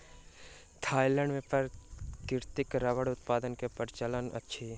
Thailand मे प्राकृतिक रबड़क उत्पादन के प्रचलन अछि